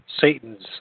satan's